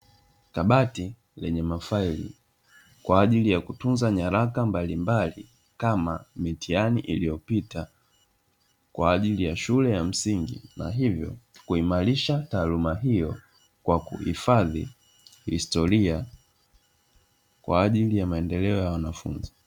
Kabati lenye mafaili, kwaajili ya kutumia nyaraka mbalimbali kama mitihani iliyopita, kwa ajili ya shule ya msingi na hivyo kuimarisha taaluma hiyo, kwa kuhifadhi historia kwa ajili ya maendeleo ya wanafunzi.